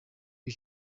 ryo